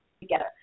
together